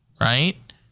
right